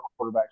quarterbacks